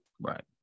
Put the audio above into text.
Right